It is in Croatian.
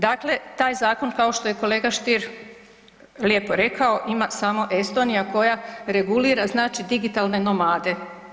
Dakle taj zakon kao što je kolega Stier lijepo rekao ima samo Estonija koja regulira znači digitalne nomade.